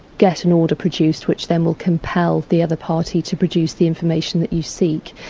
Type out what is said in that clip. get an order produced which then will compel the other party to produce the information that you seek.